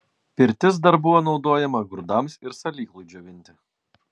pirtis dar buvo naudojama grūdams ir salyklui džiovinti